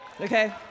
Okay